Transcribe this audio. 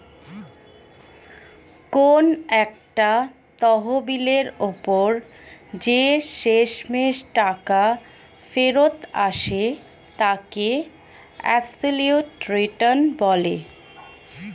কোন একটা তহবিলের ওপর যে শেষমেষ টাকা ফেরত আসে তাকে অ্যাবসলিউট রিটার্ন বলে